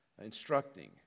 Instructing